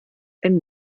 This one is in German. ein